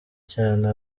cyane